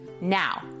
Now